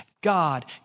God